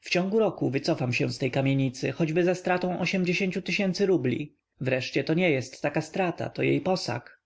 w ciągu roku wycofam się z tej kamienicy choćby ze stratą rubli wreszcie to nie jest strata to jej posag